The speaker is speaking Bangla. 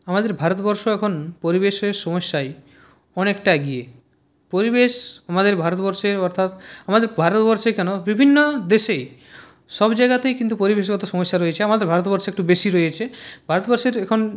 আমাদের ভারতবর্ষ এখন পরিবেশের সমস্যায় অনেকটা এগিয়ে পরিবেশ আমাদের ভারতবর্ষে অর্থাৎ আমাদের ভারতবর্ষে কেন বিভিন্ন দেশেই সব জায়গাতেই কিন্তু পরিবেশগত সমস্যা রয়েছে আমাদের ভারতবর্ষে একটু বেশি রয়েছে ভারতবর্ষের এখন